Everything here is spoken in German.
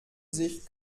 sich